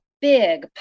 big